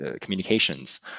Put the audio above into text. communications